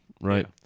Right